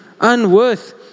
unworth